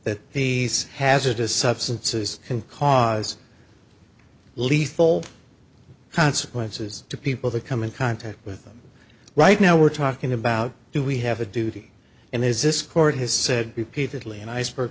that these hazardous substances can cause lethal consequences to people that come in contact with them right now we're talking about do we have a duty and is this court has said repeatedly an iceberg